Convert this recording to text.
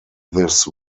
this